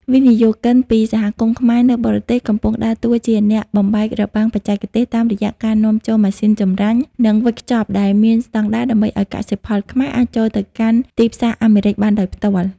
វិនិយោគិនពី សហគមន៍ខ្មែរនៅបរទេស កំពុងដើរតួជាអ្នកបំបែករបាំងបច្ចេកទេស តាមរយៈការនាំចូលម៉ាស៊ីនចម្រាញ់ និងវេចខ្ចប់ដែលមានស្ដង់ដារ ដើម្បីឱ្យកសិផលខ្មែរអាចចូលទៅកាន់ទីផ្សារអាមេរិកបានដោយផ្ទាល់។